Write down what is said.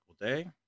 day